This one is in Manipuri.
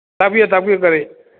ꯇꯥꯛꯄꯤꯌꯨ ꯇꯥꯛꯄꯤꯌꯨ ꯀꯔꯤ